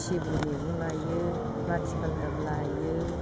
सिब्रु मैगं लायो माथिगाल्दाब लायो